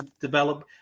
develop